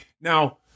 now